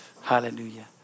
Hallelujah